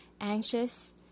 anxious